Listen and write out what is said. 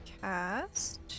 cast